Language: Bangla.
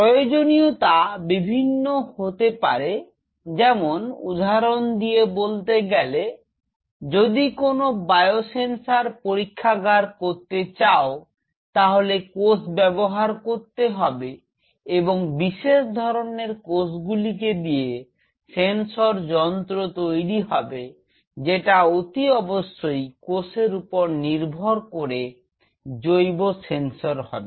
প্রয়োজনীয়তা বিভিন্ন রকম হতে পারে যেমন উদাহরণ দিয়ে বলতে গেলে যদি কোন বায়ো সেন্সর পরীক্ষাগার করতে চাও তাহলে কোষ ব্যবহার করতে হবে এবং বিশেষ ধরনের কোষগুলিকে দিয়ে সেন্সর যন্ত্র তৈরি হবে যেটা অতি অবশ্যই কোষের উপর নির্ভর করে জৈব সেন্সর হবে